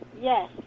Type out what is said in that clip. Yes